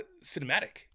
cinematic